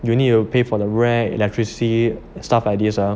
you need to pay for the rent electricity and stuff like this ah